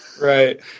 Right